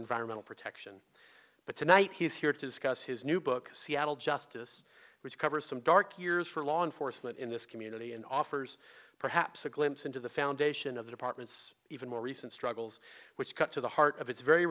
environmental protection but tonight he's here to discuss his new book seattle justice which covers some dark years for law enforcement in this community and offers perhaps a glimpse into the foundation of the department's even more recent struggles which cut to the heart of its very